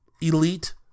elite